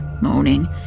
moaning